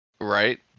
Right